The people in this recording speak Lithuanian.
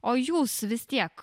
o jūs vis tiek